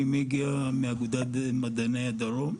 אני מגיע מאגודת מדעני הדרום.